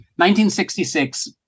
1966